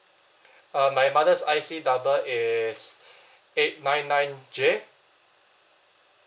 uh my mother's I_C number is eight nine nine J